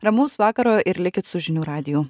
ramaus vakaro ir likit su žinių radiju